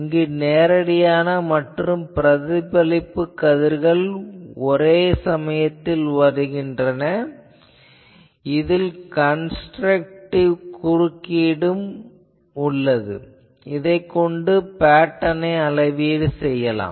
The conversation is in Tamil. இங்கு நேரடியான மற்றும் பிரதிபலிப்பு கதிர்கள் ஒரே சமயத்தில் உள்ளன இதில் கன்ஸ்ட்ரக்டிவ் குறுக்கீடு உள்ளது இதைக் கொண்டு பேட்டர்னை அளவீடு செய்யலாம்